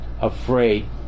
afraid